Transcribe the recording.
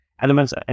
elements